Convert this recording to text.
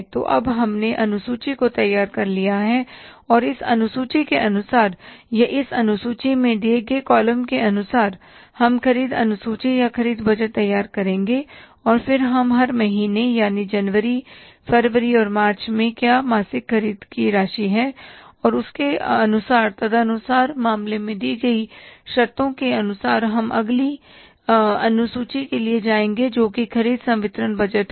तो अब हमने अनुसूची को तैयार कर लिया है और इस अनुसूची के अनुसार या इस अनुसूची में दिए गए कॉलम के अनुसार हम ख़रीद अनुसूची या ख़रीद बजट तैयार करेंगे और फिर हम हर महीने यानी जनवरी फरवरी और मार्च में क्या मासिक ख़रीद की राशि है और उसके अनुसार तदनुसार मामले में दी गई शर्तों के अनुसार हम अगली अनुसूची के लिए जाएंगे जोकि ख़रीद संवितरण बजट है